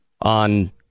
on